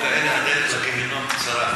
עם כוונות טובות כאלה הדרך לגיהינום קצרה.